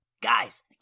Guys